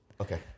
Okay